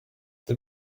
the